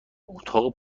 اتاق